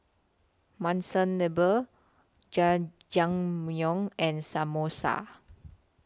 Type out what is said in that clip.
Monsunabe Jajangmyeon and Samosa